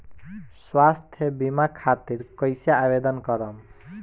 स्वास्थ्य बीमा खातिर कईसे आवेदन करम?